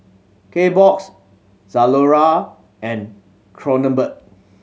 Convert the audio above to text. Kbox Zalora and Kronenbourg